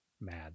mad